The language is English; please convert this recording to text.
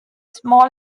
small